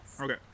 Okay